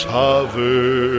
hover